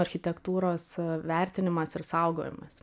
architektūros vertinimas ir saugojimas